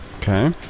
Okay